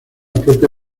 propia